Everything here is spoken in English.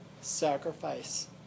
sacrifice